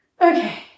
Okay